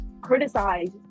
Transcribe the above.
criticize